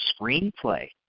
screenplay